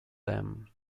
them